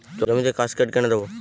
জমিতে কাসকেড কেন দেবো?